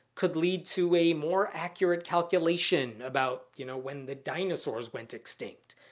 could lead to a more accurate calculation about you know when the dinosaurs went extinct.